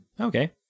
Okay